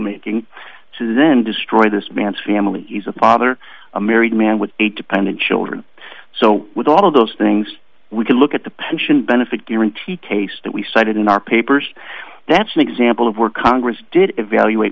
making to then destroy this man's family he's a father a married man with a dependent children so with all of those things we can look at the pension benefit guaranty case that we cited in our papers that's an example of where congress did evaluate